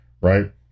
right